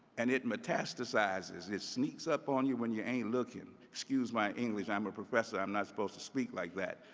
and it metastasizes. it sneaks up on you when you ain't looking, excuse my english. i'm a professor. i'm not supposed speak like that,